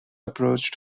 approach